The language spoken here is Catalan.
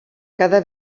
cada